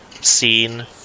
seen